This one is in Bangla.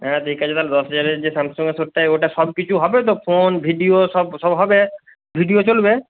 হ্যাঁ ঠিক আছে তাহলে দশ হাজারের যে স্যামসাঙের সেটটায় ওটা সব কিছু হবে তো ফোন ভিডিও সব সব হবে ভিডিও চলবে